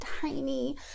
tiny